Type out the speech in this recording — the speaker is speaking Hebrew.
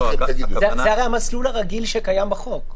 הרי המסלול הרגיל שקיים בחוק.